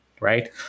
Right